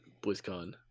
BlizzCon